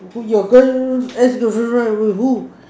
with your girl ex-girlfriend run away with who